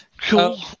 Cool